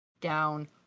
down